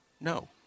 no